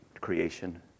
creation